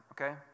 Okay